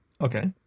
okay